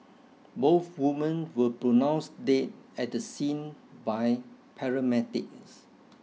both women were pronounced dead at the scene by paramedics